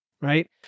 right